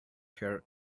her